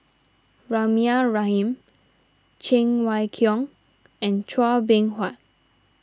Rahimah Rahim Cheng Wai Keung and Chua Beng Huat